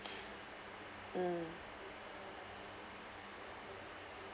mm